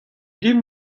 dimp